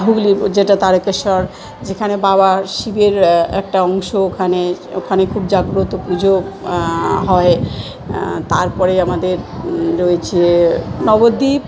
হুগলি যেটা তারকেশ্বর যেখানে বাবা শিবের একটা অংশ ওখানে ওখানে খুব জাগ্রত পুজো হয় তারপরে আমাদের রয়েছে নবদ্বীপ